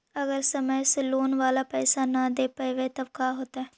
अगर समय से लोन बाला पैसा न दे पईबै तब का होतै?